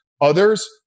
others